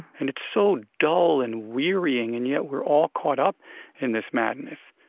and it's so dull and wearying, and yet, we're all caught up in this madness,